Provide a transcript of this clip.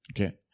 Okay